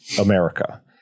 america